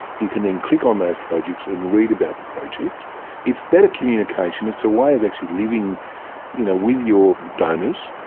you can then click on those projects and read about the project. so it's better communication, it's a way of actually living you know with your donors.